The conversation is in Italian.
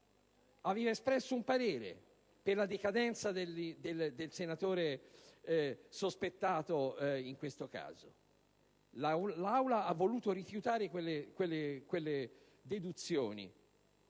aveva espresso una proposta favorevole alla decadenza del senatore sospettato in questo caso. L'Aula ha voluto rifiutare quelle deduzioni